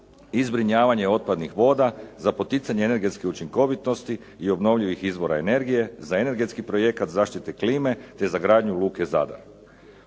i zbrinjavanje otpadnih voda, za poticanje energetske učinkovitosti i obnovljivih izvora energije za energetski projekat zaštite klime te gradnju luke Zadar.